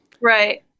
Right